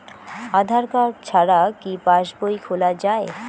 আধার card ছাড়া কি পাসবই খোলা যায়?